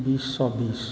बीस सए बीस